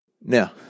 Now